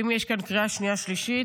אם יש כאן קריאה שנייה ושלישית,